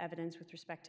evidence with respect to